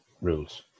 rules